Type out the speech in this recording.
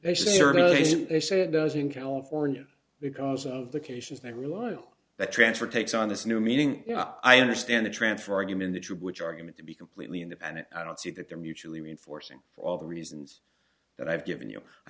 certainly they say it does in california because of the cases they rely on that transfer takes on this new meaning i understand the transfer argument which argument to be completely independent i don't see that they're mutually reinforcing for all the reasons that i've given you i